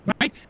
right